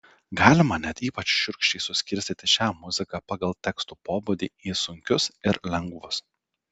galima net ypač šiurkščiai suskirstyti šią muziką pagal tekstų pobūdį į sunkius ir lengvus